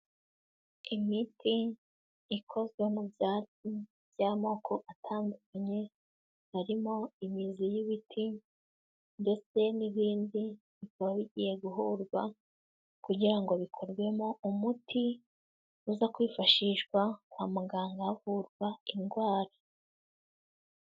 Imiti ikozwe mu byatsi by'amoko atandukanye, harimo imizi y'ibiti ndetse n'ibindi, bikaba bigiye guhurwa kugira ngo bikorwemo umuti uza kwifashishwa kwa muganga havurwa indwara.